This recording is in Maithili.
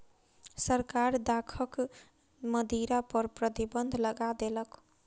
सरकार दाखक मदिरा पर प्रतिबन्ध लगा देलक